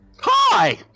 Hi